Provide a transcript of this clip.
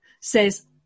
says